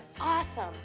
Awesome